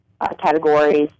categories